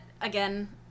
again